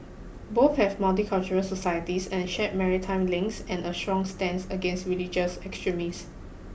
both have multicultural societies and share maritime links and a strong stance against religious extremist